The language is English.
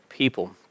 people